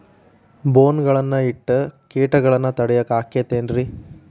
ಬೋನ್ ಗಳನ್ನ ಇಟ್ಟ ಕೇಟಗಳನ್ನು ತಡಿಯಾಕ್ ಆಕ್ಕೇತೇನ್ರಿ?